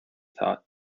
thought